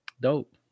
Dope